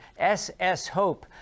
sshope